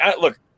look